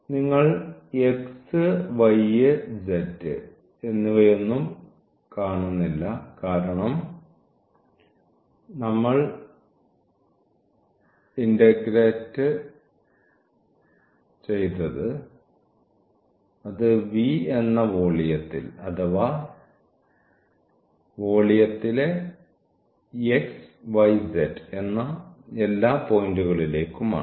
നിങ്ങൾ x y z എന്നിവയൊന്നും കാണില്ല കാരണം നമ്മൾ ഇന്റഗ്രേറ്റ് അത് V എന്ന വോളിയത്തിൽ അഥവാ വോള്യത്തിലെ xyz എന്ന എല്ലാ പോയിന്റുകളിലേക്കും ആണ്